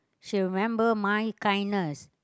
she remember my kindness